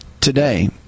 today